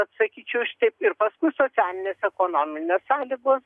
atsakyčiau šitaip ir paskui socialinės ekonominės sąlygos